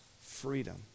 freedom